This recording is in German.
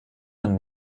man